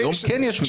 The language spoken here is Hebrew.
היום כן יש מי שמרסן.